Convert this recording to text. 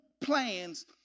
plans